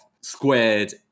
squared